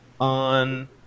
on